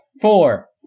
four